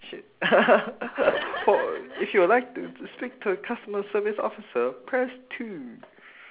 shit for if you would like to to speak to a customer service officer press two